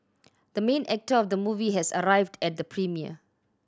the main actor of the movie has arrived at the premiere